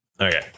Okay